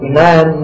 man